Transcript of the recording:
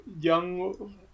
young